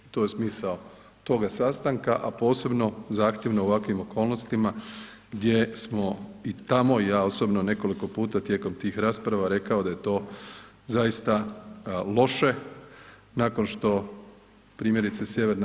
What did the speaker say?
To je smisao toga sastanka a posebno zahtjevno u ovakvim okolnostima gdje smo i tamo i ja osobno nekoliko puta tijekom rasprava rekao da je to zaista loše nakon što primjerice Sj.